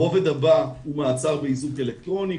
הרובד הבא הוא מעצר באיזוק אלקטרוני,